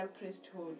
priesthood